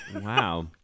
Wow